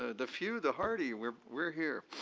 ah the few, the hearty, we're we're here.